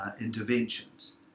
interventions